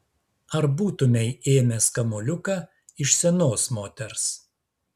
ar būtumei ėmęs kamuoliuką iš senos moters